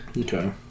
Okay